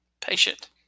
patient